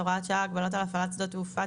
(הוראת שעה) (הגבלות על הפעלת שדות תעופה),